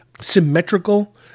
symmetrical